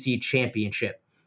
championship